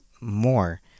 more